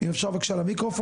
אם אפשר בבקשה למיקרופון.